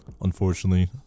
Unfortunately